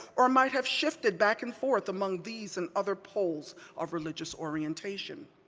or might have shifted back and forth among these and other poles of religious orientation.